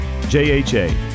JHA